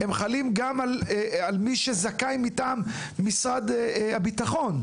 חלים גם על מי שזכאי מטעם משרד הביטחון,